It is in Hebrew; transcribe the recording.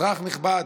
"אזרח נכבד,